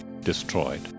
destroyed